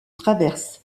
traverse